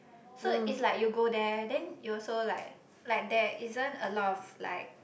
so it's like you go there then you also like like there isn't a lot of like